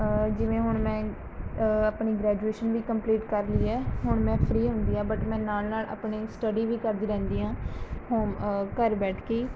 ਜਿਵੇਂ ਹੁਣ ਮੈਂ ਆਪਣੀ ਗ੍ਰੈਜੂਏਸ਼ਨ ਵੀ ਕੰਪਲੀਟ ਕਰ ਲਈ ਹੈ ਹੁਣ ਮੈਂ ਫਰੀ ਹੁੰਦੀ ਹਾਂ ਬਟ ਮੈਂ ਨਾਲ਼ ਨਾਲ਼ ਆਪਣੇ ਸਟੱਡੀ ਵੀ ਕਰਦੀ ਰਹਿੰਦੀ ਹਾਂ ਹ ਘਰ ਬੈਠ ਕੇ ਹੀ